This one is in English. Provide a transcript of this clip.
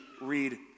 read